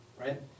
right